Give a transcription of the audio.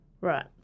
Right